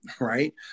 right